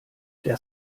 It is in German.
der